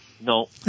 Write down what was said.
No